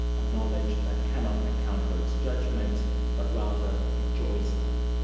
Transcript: a knowledge that cannot account for its judgements but rather enjoys them.